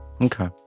Okay